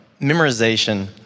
memorization